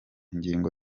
ngingo